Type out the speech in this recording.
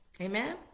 amen